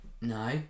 No